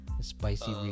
Spicy